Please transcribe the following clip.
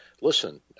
Listen